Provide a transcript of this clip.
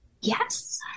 Yes